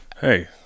Hey